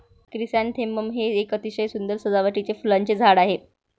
chrysanthemum हे एक अतिशय सुंदर सजावटीचे फुलांचे झाड आहे